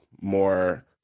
more